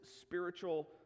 spiritual